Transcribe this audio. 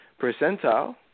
percentile